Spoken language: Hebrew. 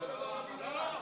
אותו דבר המינהל.